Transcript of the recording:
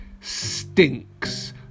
stinks